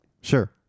Sure